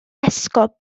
esgob